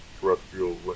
terrestrial